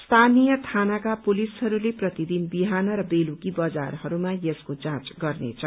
स्थानीय थानाका पुलिसले प्रतिदिन बिहान र बेलुकी बजारहरूमा यसको जाँच गर्नेछ